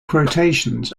quotations